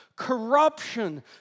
Corruption